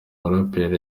muraperi